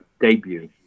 debut